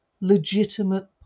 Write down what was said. legitimate